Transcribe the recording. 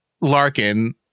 Larkin